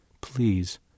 Please